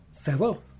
Farewell